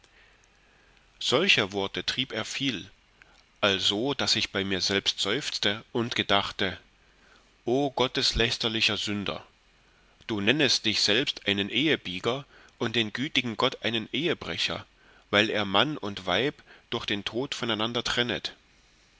solcher worte trieb er viel also daß ich bei mir selbst seufzete und gedachte o gotteslästerlicher sünder du nennest dich selbst einen ehebieger und den gütigen gott einen ehebrecher weil er mann und weib durch den tod voneinander trennet